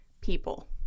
people